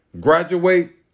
graduate